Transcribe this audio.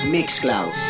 MixCloud